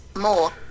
more